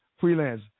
Freelance